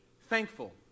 thankful